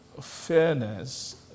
fairness